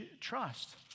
trust